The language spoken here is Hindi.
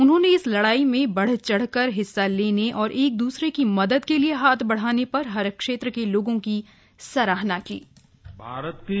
उन्होंने इस लड़ाई में बढ़ चढ़कर हिस्सा लेने और एक दूसरे की मदद के लिए हाथ बढ़ाने पर हर क्षेत्र के लोगों की सराहना की